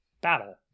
battle